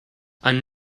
and